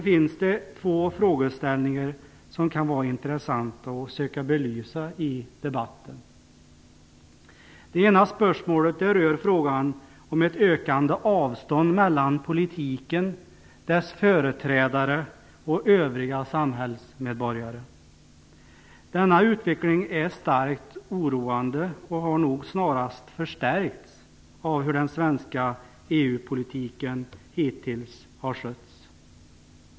finns det två frågeställningar som kan vara intressanta att försöka belysa i debatten. Det ena spörsmålet rör frågan om ett ökande avstånd mellan å ena sidan politiken och dess företrädare, å andra sidan övriga samhällsmedborgare. Denna utveckling är starkt oroande och har nog snarast förstärkts av hur den svenska EU-politiken hittills har skötts.